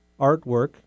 artwork